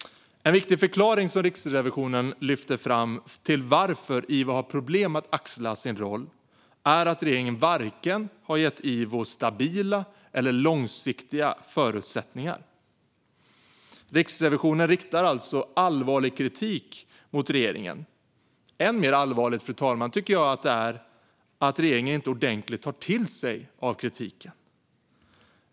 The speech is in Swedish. En viktig förklaring som Riksrevisionen lyfter fram till att IVO har problem att axla sin roll är att regeringen inte gett IVO vare sig stabila eller långsiktiga förutsättningar. Riksrevisionen riktar alltså allvarlig kritik mot regeringen. Än mer allvarligt tycker jag att det är att regeringen inte ordentligt tar till sig av kritiken.